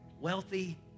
wealthy